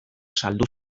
saldu